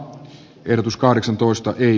äänestin ei